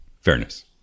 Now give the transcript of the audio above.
fairness